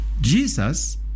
Jesus